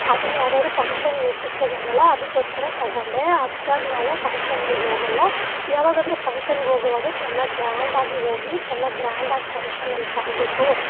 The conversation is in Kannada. ಅದನ್ ಯಾವುದಾದ್ರು ಫಂಕ್ಷನ್ಗೆ ಉಟ್ಟುಕೊಬೋದಲ್ಲ ಅದಕೋಸ್ಕರ ತಗೊಂಡೆ ಅಷ್ಟಾಗಿ ನಾವು ಫಂಕ್ಷನ್ಗಳ್ಗೆ ಹೋಗಲ್ಲ ಯಾವಗಾದ್ರು ಫಂಕ್ಷನ್ಗೆ ಹೋಗುವಾಗ ಚೆನ್ನಾಗಿ ಗ್ರ್ಯಾಂಡಾಗಿ ಹೋಗಿ ಚೆನ್ನಾಗಿ ಗ್ರ್ಯಾಂಡಾಗಿ ಫಂಕ್ಷನಲ್ಲಿ ಕಾಣಬೇಕು